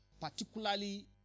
particularly